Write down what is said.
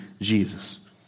Jesus